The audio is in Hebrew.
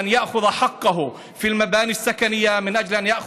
להלן תרגומם: עבדתי ועשיתי למען העם שלי ולא למען